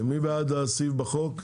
מי בעד הסעיף בחוק?